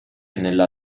nella